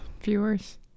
viewers